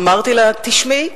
אמרתי לה: תשמעי,